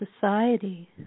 society